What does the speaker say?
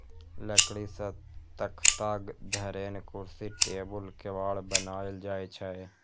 लकड़ी सं तख्ता, धरेन, कुर्सी, टेबुल, केबाड़ बनाएल जाइ छै